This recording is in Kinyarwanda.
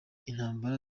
intambara